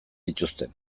dituzte